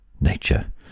Nature